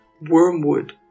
Wormwood